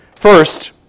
First